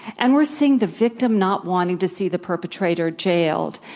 and we're seeing the victim not wanting to see the perpetrator jailed,